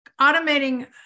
automating